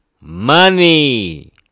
Money